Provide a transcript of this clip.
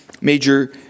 major